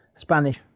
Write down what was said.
Spanish